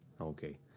Okay